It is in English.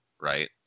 right